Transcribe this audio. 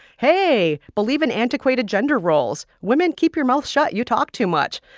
hey, believe in antiquated gender roles. women, keep your mouth shut. you talk too much.